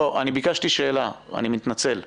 לא, אני ביקשתי שאלה, אני מתנצל.